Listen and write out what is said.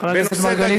חבר הכנסת מרגלית,